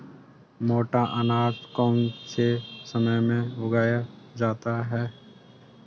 मोटा अनाज कौन से समय में उगाया जाता है?